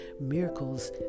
miracles